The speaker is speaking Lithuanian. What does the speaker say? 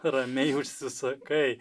ramiai užsisakai